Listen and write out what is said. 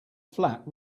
flat